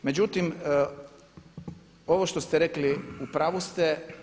Međutim, ovo što ste rekli u pravu ste.